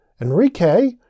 Enrique